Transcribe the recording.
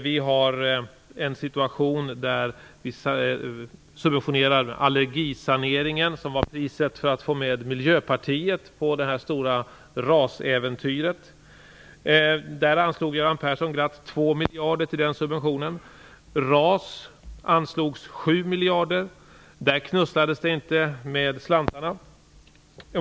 Vi subventionerar allergisaneringen, vilket var priset för att få med Miljöpartiet på det stora RAS-äventyret. Göran Persson anslog glatt 2 miljarder till den subventionen. Till RAS anslogs 7 miljarder - där knusslades det inte med slantarna.